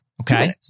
Okay